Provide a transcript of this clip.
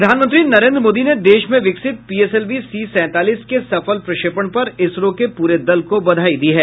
प्रधानमंत्री नरेन्द्र मोदी ने देश में विकसित पीएसएलवी सी सैंतालीस के सफल प्रक्षेपण पर इसरो के पूरे दल को बधाई दी है